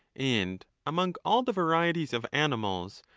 and among all the varieties of animals,